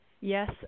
Yes